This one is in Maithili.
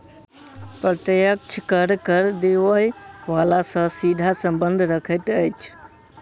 प्रत्यक्ष कर, कर देबय बला सॅ सीधा संबंध रखैत अछि